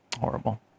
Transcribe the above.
Horrible